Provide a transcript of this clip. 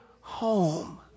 home